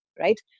Right